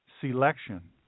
selection